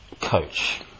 coach